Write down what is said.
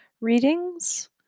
readings